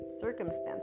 circumstance